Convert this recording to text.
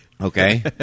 Okay